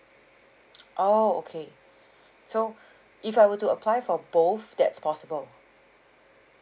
oh okay so if I were to apply for both that's possible